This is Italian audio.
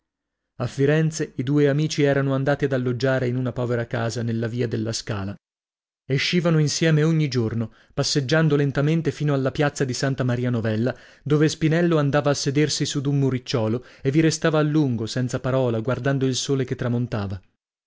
a firenze i due amici erano andati ad alloggiare in una povera casa nella via della scala escivano insieme ogni giorno passeggiando lentamente fino alla piazza di santa maria novella dove spinello andava a sedersi su d'un muricciuolo e vi restava a lungo senza parola guardando il sole che tramontava